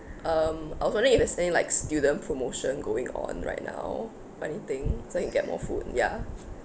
um I was wondering if there's any like student promotion going on right now or anything so can get more food ya